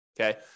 Okay